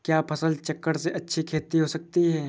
क्या फसल चक्रण से अच्छी खेती हो सकती है?